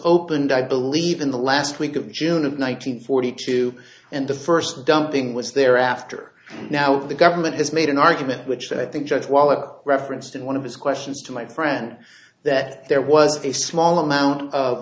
opened i believe in the last week of june of one nine hundred forty two and the first dumping was there after now of the government has made an argument which i think judge wallach referenced in one of his questions to my friend that there was a small amount of